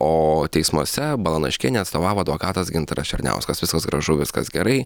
o teismuose balanaškienei atstovavo advokatas gintaras černiauskas viskas gražu viskas gerai